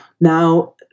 Now